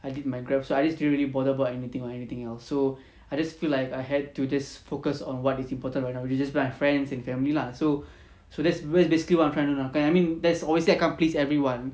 I did my Grab so I didn't really bother about anything or anything else so I just feel like I had to just focus on what is important right now which is my friends and family lah so so that's basically what I'm trying to do now I mean there's obviously I can't please everyone